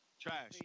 Trash